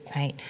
right?